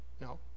No